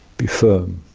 be firm,